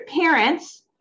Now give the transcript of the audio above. parents